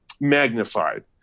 magnified